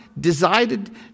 decided